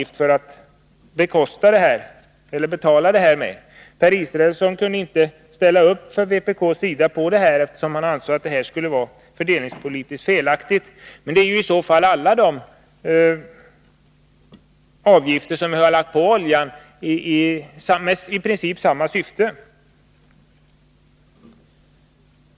För att bekosta detta skall man ta ut en avgift. Per Israelsson kunde för vpk:s del inte ställa upp, eftersom han ansåg att detta skulle vara fördelningspolitiskt felaktigt. Men detta gäller ju i så fall alla de avgifter som har lagts på oljan i principiellt samma syfte.